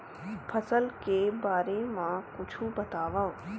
फसल के बारे मा कुछु बतावव